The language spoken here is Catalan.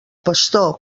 pastor